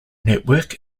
network